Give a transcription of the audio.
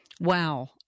Wow